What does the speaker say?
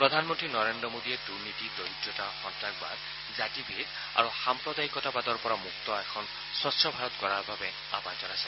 প্ৰধানমন্ত্ৰী নৰেন্দ্ৰ মোদীয়ে দুনীতি দৰিদ্ৰতা সন্নাসবাদ জাতিবাদ আৰু সাম্প্ৰদায়িকতাবাদৰ পৰা মুক্ত এখন স্বচ্ছ ভাৰত গঢ়াৰ বাবে আহবান জনাইছে